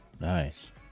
Nice